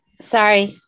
Sorry